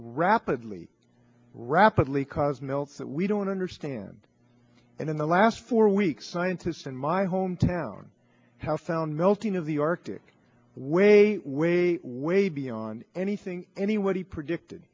rapidly rapidly cause melts that we don't understand and in the last four weeks scientists in my home town house found melting of the arctic way way way beyond anything anywhere he predicted